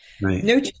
No